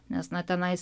nes na tenais